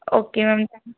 okay ma'am